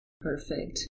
Perfect